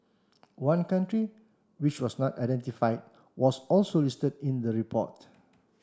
one country which was not identified was also listed in the report